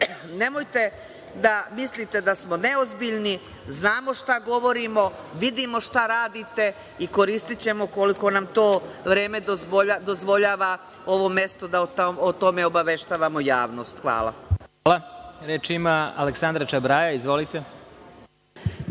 nemojte da mislite da smo neozbiljni. Znamo šta govorimo, vidimo šta radite i koristićemo koliko nam to vreme dozvoljava, ovo mesto da o tome obaveštavamo javnost. Hvala. **Vladimir Marinković** Hvala. Reč ima Aleksandra Čabraja. Izvolite.